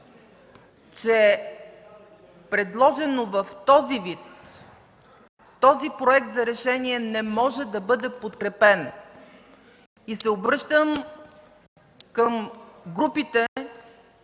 че предложен в този вид, проектът за решение не може да бъде подкрепен и се обръщам към групите,